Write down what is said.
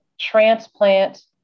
transplant